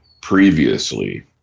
previously